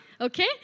Okay